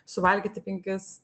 suvalgyti penkis